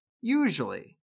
usually